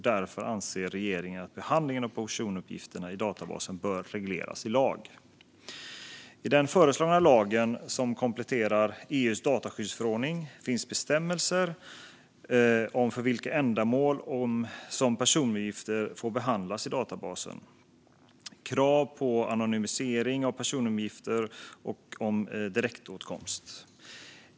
Därför anser regeringen att behandlingen av personuppgifter i databasen bör regleras i lag. I den föreslagna lagen, som kompletterar EU:s dataskyddsförordning, finns bestämmelser om för vilka ändamål som personuppgifter får behandlas i databasen, om krav på anonymisering av personuppgifter och om direktåtkomst.